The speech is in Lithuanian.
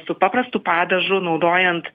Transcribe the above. su paprastu padažu naudojant